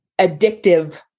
addictive